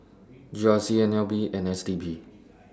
G R C N L B and S T B